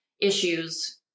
issues